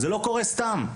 זה לא קורה סתם,